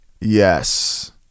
Yes